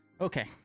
Okay